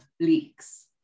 leaks